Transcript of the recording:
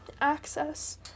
access